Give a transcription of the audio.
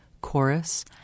Chorus